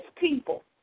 people